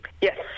Yes